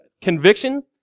conviction